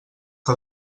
que